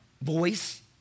voice